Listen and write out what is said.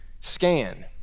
SCAN